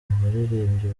baririmbyi